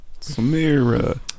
Samira